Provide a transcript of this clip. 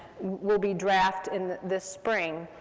will be draft in the spring,